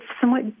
somewhat